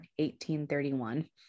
1831